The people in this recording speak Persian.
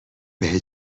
بهت